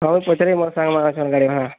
ହଉ ପଚରେଇମି ମୋର ସାଙ୍ଗ ମାନକେ ଗାଡ଼ି ଗୁଡ଼ା କାଣା